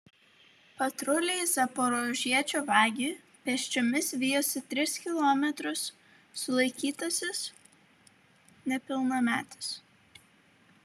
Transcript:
patruliai zaporožiečio vagį pėsčiomis vijosi tris kilometrus sulaikytasis nepilnametis